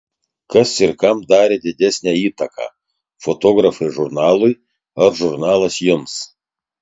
kas ir kam darė didesnę įtaką fotografai žurnalui ar žurnalas jums